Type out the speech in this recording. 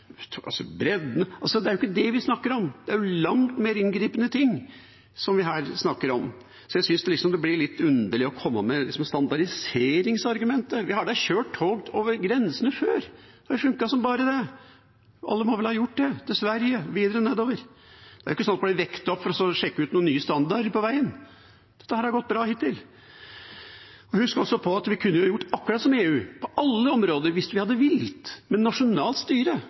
det er det ikke – det er langt mer inngripende ting vi her snakker om. Så jeg synes det blir litt underlig å komme med standardiseringsargumentet. Vi har da kjørt tog over grensene før – alle må vel ha gjort det, til Sverige og videre nedover – og det har funket som bare det. Det er ikke sånn at en blir vekket opp for å sjekke noen nye standarder på veien, dette har gått bra hittil. Husk også at vi kunne ha gjort akkurat som EU, på alle områder, hvis vi hadde villet. Hvis nasjonalt styre,